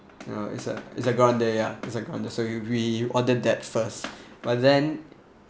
ya it's a it's a grande ya it's a grande so we we ordered that first but then